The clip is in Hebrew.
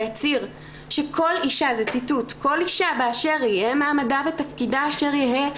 והצהיר ש"כל אישה זה ציטוט באשר יהא מעמדה ותפקידה אשר יהא,